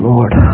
Lord